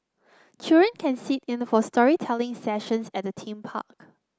children can sit in for storytelling sessions at the theme park